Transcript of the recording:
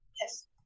Yes